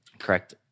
correct